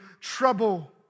trouble